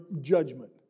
judgment